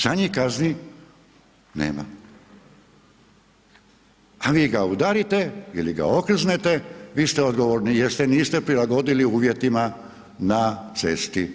Za njih kazni nema a vi ga udarite ili ga okrznete vi ste odgovorni jer se niste prilagodili uvjetima na cesti.